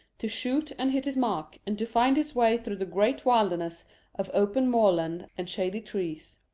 to shoot and hit his mark, and to find his way through the great wilderness of open moorland and shady trees.